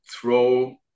throw